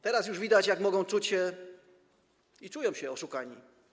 Teraz już widać, jak mogą czuć się - i czują się - oszukani.